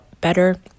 better